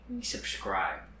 Subscribe